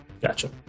Gotcha